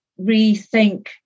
rethink